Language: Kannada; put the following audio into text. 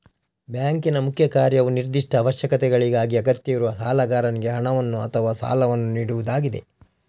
ಬ್ಯಾಂಕಿನ ಮುಖ್ಯ ಕಾರ್ಯವು ನಿರ್ದಿಷ್ಟ ಅವಶ್ಯಕತೆಗಳಿಗಾಗಿ ಅಗತ್ಯವಿರುವ ಸಾಲಗಾರನಿಗೆ ಹಣವನ್ನು ಅಥವಾ ಸಾಲವನ್ನು ನೀಡುವುದಾಗಿದೆ